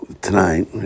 tonight